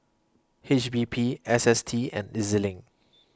H P B S S T and E Z LINK